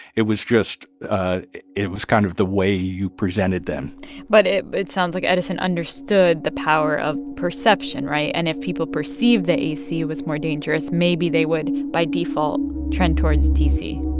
it was just ah it was kind of the way you presented them but it it sounds like edison understood the power of perception, right? and if people perceived that ac was more dangerous, maybe they would, by default, trend towards dc